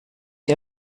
ihr